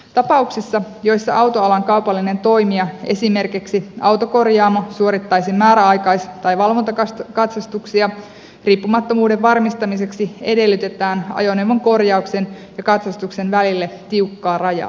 tapauksissa joissa autoalan kaupallinen toimija esimerkiksi autokorjaamo suorittaisi määräaikais tai valvontakatsastuksia riippumattomuuden varmistamiseksi edellytetään ajoneuvon korjauksen ja katsastuksen välille tiukkaa rajaa